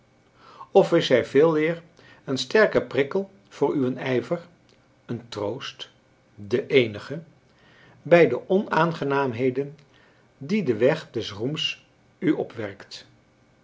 of is zij veeleer een sterke prikkel voor uwen ijver een troost de éénige bij de onaangenaamheden die de weg des roems u opwerkt